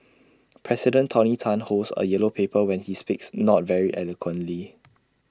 president tony Tan holds A yellow paper when he speaks not very eloquently